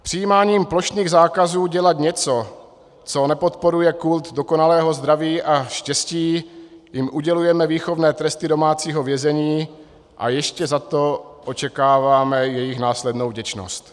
Přijímáním plošných zákazů dělat něco, co nepodporuje kult dokonalého zdraví a štěstí, jim udělujeme výchovné tresty domácího vězení a ještě za to očekáváme jejich následnou vděčnost.